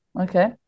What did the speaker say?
Okay